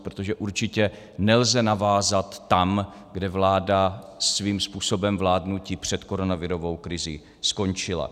Protože určitě nelze navázat tam, kde vláda svým způsobem vládnutí před koronavirovou krizí skončila.